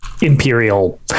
imperial